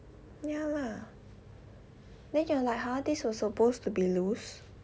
ya lah then you're like !huh! this was supposed to be loose